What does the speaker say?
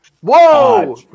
Whoa